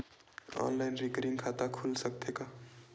Online recurring खाता खुल सकथे का?